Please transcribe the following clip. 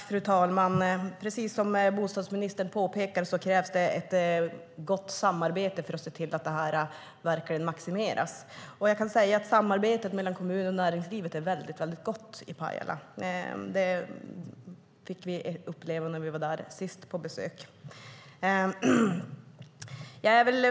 Fru talman! Som bostadsministern påpekar krävs det ett gott samarbete för att se till att det här maximeras. Samarbetet mellan kommun och näringsliv är väldigt gott i Pajala; det fick vi erfara när vi var där på besök senast.